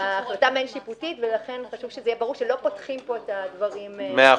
ברור שלא פותחים פה את הדברים מחדש.